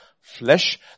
flesh